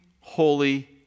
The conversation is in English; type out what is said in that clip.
holy